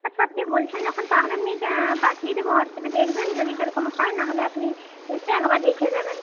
আচ্ছা আপনি বলছেন যখন তাহলে আমি পাঠিয়ে দেবো হোয়াটসঅ্যাপে দেখবেন যদি সেরকম হয় নাহলে আপনি এসে একবার দেখে যাবেন